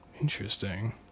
interesting